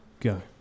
go